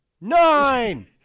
nine